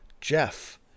Jeff